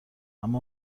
اما